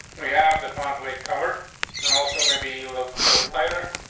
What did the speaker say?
we have the font weight covered now also maybe look for lighter.